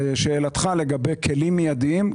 לשאלתך לגבי כלים מיידיים,